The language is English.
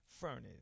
furnace